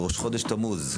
ראש חודש תמוז,